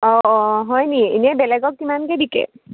অঁ অঁ হয় নেকি এনেই বেলেগক কিমানকৈ বিকে